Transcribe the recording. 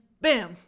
bam